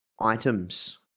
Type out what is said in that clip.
items